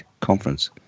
conference